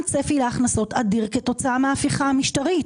הכנסות אדיר כתוצאה מההפיכה המשטרית.